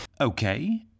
Okay